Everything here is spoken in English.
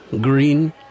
Green